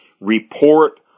report